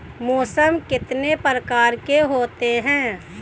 मौसम कितने प्रकार के होते हैं?